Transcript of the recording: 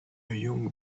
young